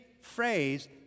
phrase